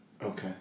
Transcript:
Okay